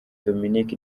dominic